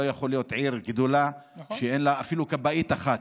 לא יכול להיות עיר גדולה שאין לה אפילו כבאית אחת.